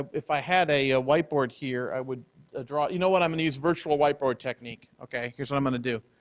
if i had a ah white board here, i would ah draw you know what? i'm and use virtual white board technique, okay? here's what i'm going to do.